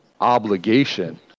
obligation